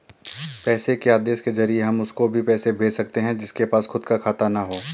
पैसे के आदेश के जरिए हम उसको भी पैसे भेज सकते है जिसके पास खुद का खाता ना हो